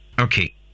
Okay